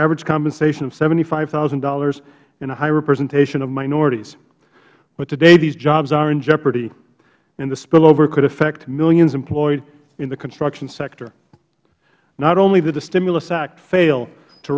average compensation of seventy five thousand dollars and a high representation of minorities but today these jobs are in jeopardy and the spillover could affect millions employed in the construction sector not only did the stimulus act fail to